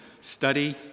study